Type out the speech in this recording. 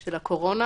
של הקורונה.